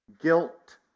guilt